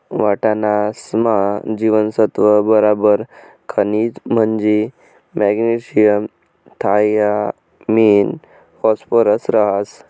वाटाणासमा जीवनसत्त्व बराबर खनिज म्हंजी मॅग्नेशियम थायामिन फॉस्फरस रहास